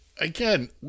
again